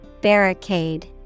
Barricade